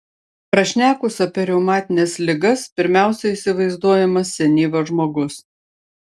prašnekus apie reumatines ligas pirmiausia įsivaizduojamas senyvas žmogus